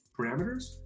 parameters